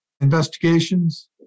investigations